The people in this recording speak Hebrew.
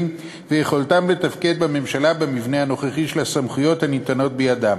ויכולתם לתפקד בממשלה במבנה הנוכחי של הסמכויות הניתנות בידם.